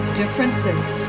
differences